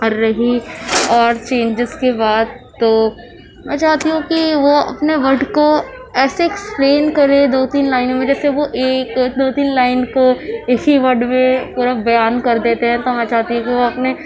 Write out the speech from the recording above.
اور رہی اور چینجز کی بات تو اچھا کیونکہ وہ اپنے ورڈ کو ایسے اکسپلین کریں دو تین لائنوں میں جیسے وہ ایک دو تین لائن کو اِسی ورڈ میں پورا بیان کر دیتے ہیں تو میں چاہتی ہوں وہ اپنے